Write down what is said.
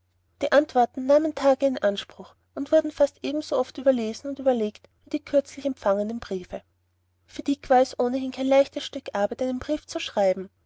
die antworten nahmen tage in anspruch und wurden fast ebenso oft überlesen und überlegt wie die kürzlich empfangenen briefe für dick war es ohnehin kein leichtes stück arbeit einen brief zu schreiben